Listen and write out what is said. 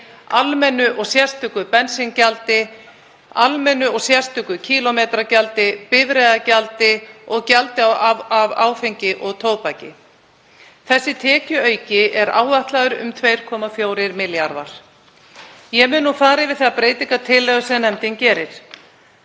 almennu og sérstöku bensíngjaldi, almennu og sérstöku kílómetragjaldi, bifreiðagjaldi og gjaldi af áfengi og tóbaki. Þessi tekjuauki er áætlaður um 2,4 milljarðar. Ég mun nú fara yfir þær breytingartillögur sem nefndin gerir.